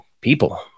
people